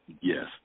Yes